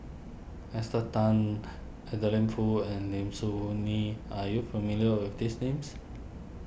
Esther Tan Adeline Foo and Lim Soo Ong Ngee are you familiar with these names